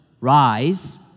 rise